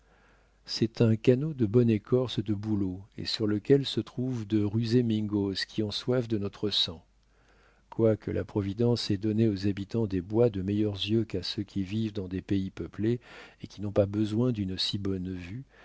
c'est un canot de bonne écorce de bouleau et sur lequel se trouvent de rusés mingos qui ont soif de notre sang quoique la providence ait donné aux habitants des bois de meilleurs yeux qu'à ceux qui vivent dans des pays peuplés et qui n'ont pas besoin d'une si bonne vue